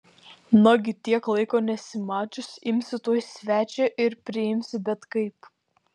nagi tiek laiko nesimačius imsi tuoj svečią ir priimsi bet kaip